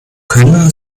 können